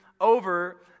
over